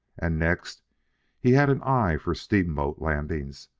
and next he had an eye for steamboat landings,